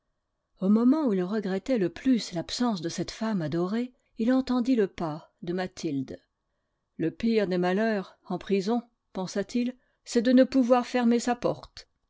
au moment où il regrettait le plus l'absence de cette femme adorée il entendit le pas de mathilde le pire des malheurs en prison pensa-t-il c'est de ne pouvoir fermer sa porte